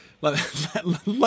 let